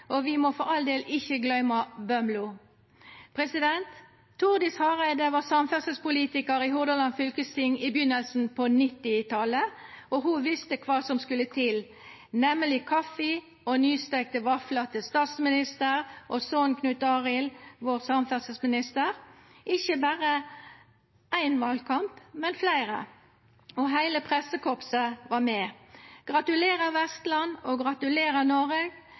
og vi må for all del ikkje gløyma Bømlo. Tordis Hareide var samferdslepolitikar i Hordaland fylkesting i byrjinga av 1990-talet, og ho visste kva som skulle til, nemleg kaffi og nysteikte vaflar til statsministeren og sonen Knut Arild, vår samferdsleminister – ikkje berre i éin valkamp, men fleire. Og heile pressekorpset var med. Gratulerer Vestland og gratulerer Noreg!